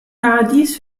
paradies